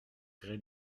gré